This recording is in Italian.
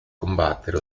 combattere